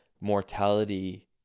mortality